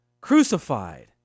crucified